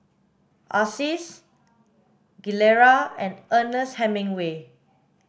Asics Gilera and Ernest Hemingway